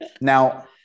Now